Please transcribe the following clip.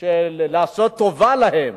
של לעשות טובה להם.